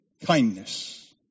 Kindness